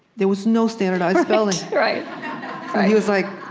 there was no standardized spelling right right he was like,